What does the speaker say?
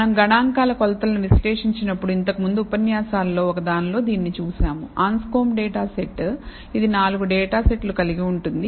మనం గణాంకాల కొలతలను విశ్లేషించినప్పుడు ఇంతకు ముందు ఉపన్యాసాలలో ఒకదానిలో దీనిని చూశాము అన్స్కోంబ్ డేటా సెట్ ఇది 4 డేటా సెట్లు కలిగి ఉంటుంది